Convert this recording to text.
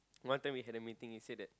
one time we had a meeting he said that